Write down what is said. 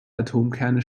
atomkerne